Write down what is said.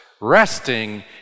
resting